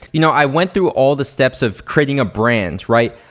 you know i went through all the steps of creating a brand, right?